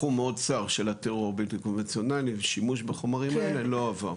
תחום מאוד צר של הטרור בלתי קונבנציונלי ושימוש בחומרים האלה לא הועבר,